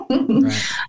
right